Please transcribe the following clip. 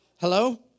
Hello